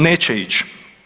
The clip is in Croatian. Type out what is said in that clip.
Neće ići.